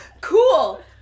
Cool